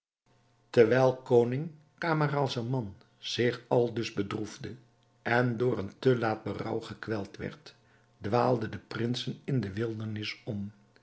terwijl koning camaralzaman zich aldus bedroefde en door een te laat berouw gekweld werd dwaalden de prinsen in de wildernis om